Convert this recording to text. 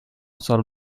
solo